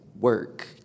work